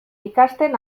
ikasten